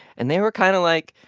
and they were kind of like,